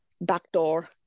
backdoor